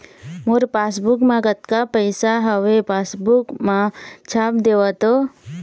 मोर passbook मा कतका पैसा हवे पासबुक मा छाप देव तो?